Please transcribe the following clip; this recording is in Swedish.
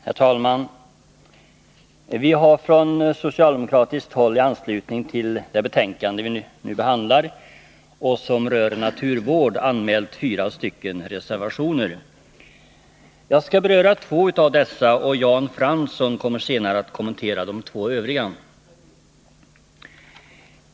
Herr talman! Vi har från socialdemokratiskt håll i anslutning till det betänkande vi nu behandlar, som rör naturvård, anmält fyra reservationer. Jag skall beröra två av dessa, och Jan Fransson kommer senare att kommentera de två övriga.